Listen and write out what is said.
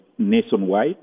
nationwide